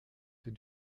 den